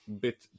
bit